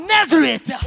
Nazareth